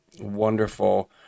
wonderful